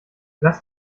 lass